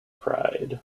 pride